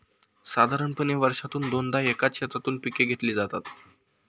साधारणपणे वर्षातून दोनदा एकाच शेतातून पिके घेतली जातात